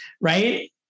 right